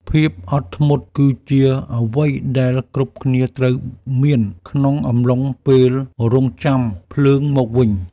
ភាពអត់ធ្មត់គឺជាអ្វីដែលគ្រប់គ្នាត្រូវមាន ក្នុងអំឡុងពេលរង់ចាំភ្លើងមកវិញ។